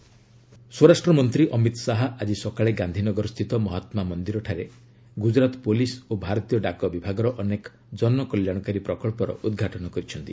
Amit Shah portal ସ୍ୱରାଷ୍ଟ୍ର ମନ୍ତ୍ରୀ ଅମିତ୍ ଶାହା ଆଜି ସକାଳେ ଗାନ୍ଧିନଗରସ୍ଥିତ ମହାତ୍ମା ମନ୍ଦିରଠାରେ ଗୁକୁରାତ୍ ପୁଲିସ୍ ଓ ଭାରତୀୟ ଡାକ ବିଭାଗର ଅନେକ ଜନକଲ୍ୟାଶକାରୀ ପ୍ରକଚ୍ଚର ଉଦ୍ଘାଟନ କରିଛନ୍ତି